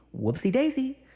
whoopsie-daisy